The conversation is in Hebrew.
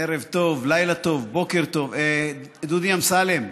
ערב טוב, לילה טוב, בוקר טוב, דודי אמסלם,